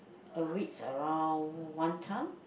a weeks around one time